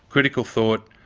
critical thought,